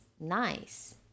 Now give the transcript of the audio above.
nice